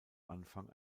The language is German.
anfang